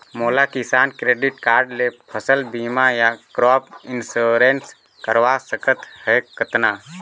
मोला किसान credit card ले फसल बीमा या क्रॉप इंश्योरेंस करवा सकथ हे कतना?